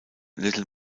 little